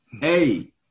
Hey